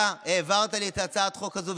אתה העברת לי את הצעת החוק הזו,